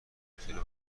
اینطوری